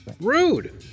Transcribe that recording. Rude